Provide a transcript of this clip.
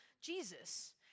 Jesus